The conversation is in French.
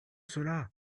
cela